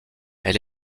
elle